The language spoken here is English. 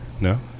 no